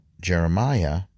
Jeremiah